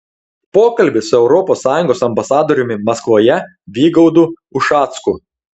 pokalbis su europos sąjungos ambasadoriumi maskvoje vygaudu ušacku